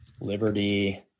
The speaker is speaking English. Liberty